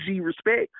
respect